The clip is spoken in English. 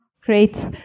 great